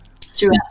Throughout